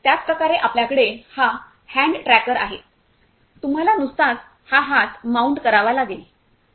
त्याचप्रकारे आपल्याकडे हा हॅन्ड ट्रॅकर आहेतुम्हाला नुसताच हा हात माउंट करावा लागेल